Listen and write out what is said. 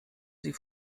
sie